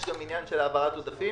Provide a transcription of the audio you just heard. יש גם עניין של העברת עודפים